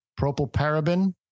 propylparaben